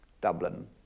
Dublin